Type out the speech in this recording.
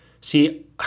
see